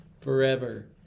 forever